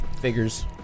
figures